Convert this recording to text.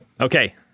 Okay